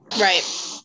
Right